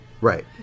right